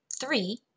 three